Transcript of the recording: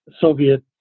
Soviet